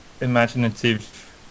imaginative